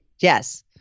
Yes